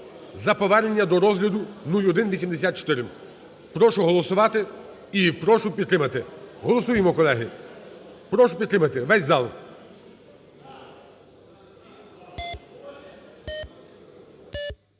за повернення до розгляду 0184. Прошу голосувати і прошу підтримати. Голосуємо, колеги! Прошу підтримати весь зал.